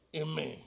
Amen